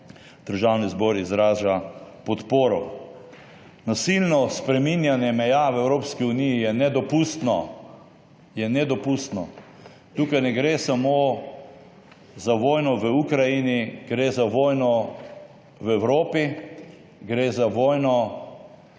državni zbor izraža podporo. Nasilno spreminjanje meja v Evropski uniji je nedopustno! Je nedopustno. Tukaj ne gre samo za vojno v Ukrajini, gre za vojno v Evropi, gre za vojno, v kateri